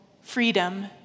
freedom